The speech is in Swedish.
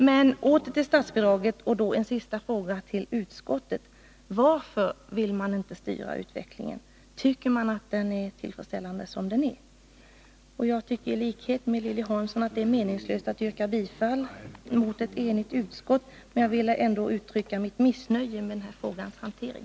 Men åter till statsbidraget och då en sista fråga till utskottet: Varför vill maninte styra utvecklingen? Tycker man att den är tillfredsställande som den är? Jag anser i likhet med Lilly Hansson att det är meningslöst att mot ett enigt utskott yrka bifall till motionen, men jag ville uttrycka mitt missnöje med frågans hantering.